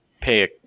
pay